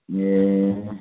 ए